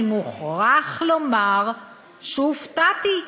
אני מוכרח לומר שהופתעתי.